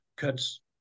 cuts